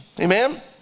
Amen